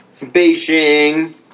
Beijing